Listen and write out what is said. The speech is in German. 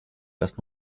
das